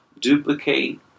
duplicate